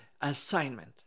assignment